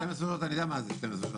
ה-12 שעות אני יודע מה זה 12 שעות.